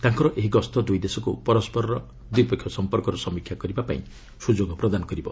ତାଙ୍କର ଏହି ଗସ୍ତ ଦୁଇ ଦେଶକୁ ପରସ୍କରର ଦ୍ୱିପକ୍ଷିୟ ସମ୍ପର୍କର ସମୀକ୍ଷା କରିବା ପାଇଁ ସୁଯୋଗ ପ୍ରଦାନ କରିବ